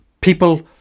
people